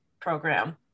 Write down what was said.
program